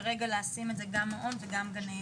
כרגע לשים את זה גם מעון וגם גני ילדים,